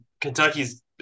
Kentucky's